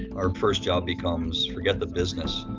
our first job becomes, forget the business,